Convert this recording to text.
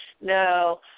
no